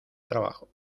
trabajo